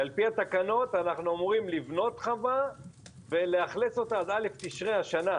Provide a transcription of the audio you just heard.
ועל פי התקנות אנחנו אמורים לבנות חווה ולאכלס אותה עד א' תשרי השנה.